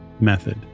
method